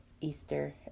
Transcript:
Easter